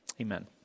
amen